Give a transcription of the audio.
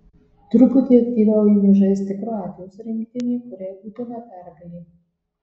truputį aktyviau ėmė žaisti kroatijos rinktinė kuriai būtina pergalė